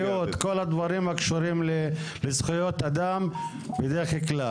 בריאות וכל הדברים הקשורים לזכויות אדם בכלל.